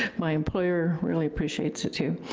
my employer really appreciates it, too.